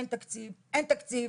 אין תקציב ואין תקציב.